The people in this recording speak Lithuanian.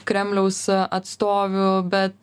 kremliaus atstovių bet